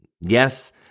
Yes